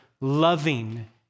loving